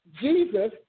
Jesus